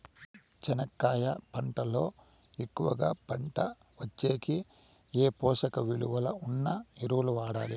చెనక్కాయ పంట లో ఎక్కువగా పంట వచ్చేకి ఏ పోషక విలువలు ఉన్న ఎరువులు వాడాలి?